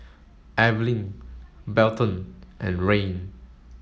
Evalyn Belton and Rayne